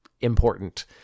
important